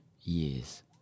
years